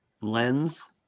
lens